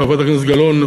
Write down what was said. חברת הכנסת גלאון,